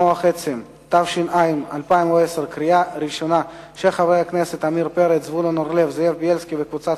ותמשיך לדיון לקראת קריאה שנייה ושלישית